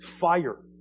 fire